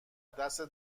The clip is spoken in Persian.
دستت